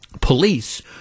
police